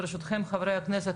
ברשותכם חברי הכנסת,